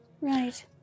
Right